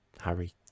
harry